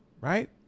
right